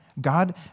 God